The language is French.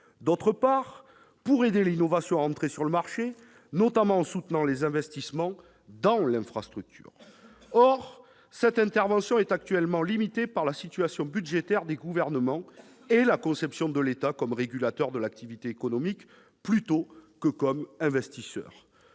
d'autre part, pour aider l'innovation à entrer sur le marché, notamment en soutenant les investissements dans l'infrastructure. Or cette intervention est actuellement limitée par la situation budgétaire des gouvernements et la conception de l'État, plus perçu en régulateur de l'activité économique qu'en investisseur.